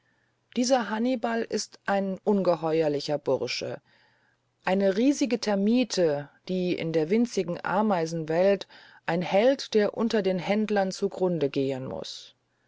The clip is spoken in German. dieser hannibal ist ein ungeheuerlicher bursche eine riesige termite die in der winzigen ameisenwelt ein held der unter den händlern zugrunde gehen muß